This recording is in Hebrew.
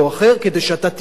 כדי שאתה תדע,